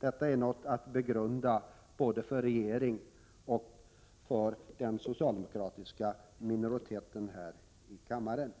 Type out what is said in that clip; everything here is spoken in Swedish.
Detta är något att begrunda både för regeringen och för den socialdemokratiska minoriteten här i kammaren.